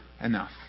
enough